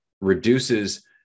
reduces